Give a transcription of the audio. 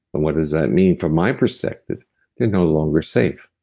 and what does that mean from my perspective? they're no longer safe